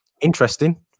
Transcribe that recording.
Interesting